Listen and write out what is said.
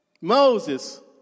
Moses